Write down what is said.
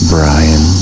Brian